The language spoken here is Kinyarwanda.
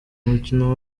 mukino